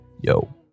Yo